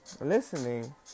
listening